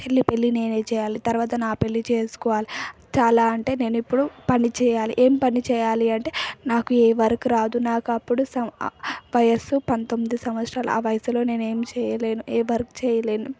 చెల్లి పెళ్ళి నేనే చేయాలి తర్వాత నా పెళ్ళి చేసుకోవాలి చాలా అంటే నేనిప్పుడు పని చేయాలి ఏం పని చేయాలి అంటే నాకు ఏ వర్క్ రాదు నాకు అప్పుడు సం వయసు పంతొమ్మిది సంవత్సరాలు ఆ వయసులో నేనేం చేయలేను ఏ వర్క్ చేయలేను